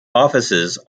offices